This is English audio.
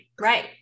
right